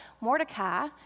Mordecai